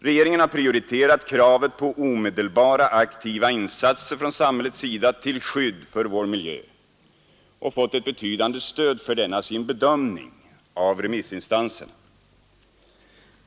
Regeringen har prioriterat kravet på omedelbara aktiva insatser från samhällets sida till skydd för vår miljö och av remissinstanserna fått ett betydande stöd för denna sin bedömning.